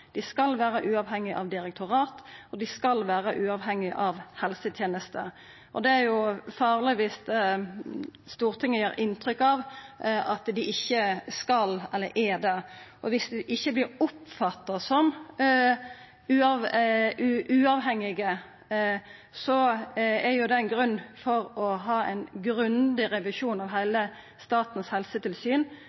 dei skal vera uavhengige av direktorat, og dei skal vera uavhengige av helsetenesta. Det er farleg viss Stortinget gir inntrykk av at dei ikkje er det. Viss dei ikkje vert oppfatta som uavhengige, er jo det ein grunn for å ha ein grundig revisjon av heile Statens helsetilsyn.